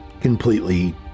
completely